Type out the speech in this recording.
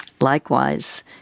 Likewise